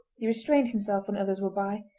he restrained himself when others were by,